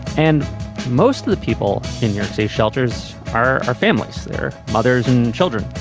and most of the people in your safe shelters are our families, their mothers and children.